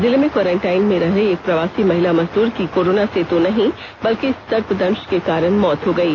जिले में क्वारेंटाइन में रह रही एक प्रवासी महिला मजदूर की कोरोना से तो नहीं बल्कि सर्पदंश के कारण मौत हो गयी